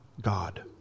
God